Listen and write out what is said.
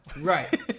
Right